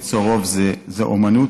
ליצור רוב זו אומנות,